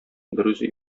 берүзе